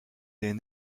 des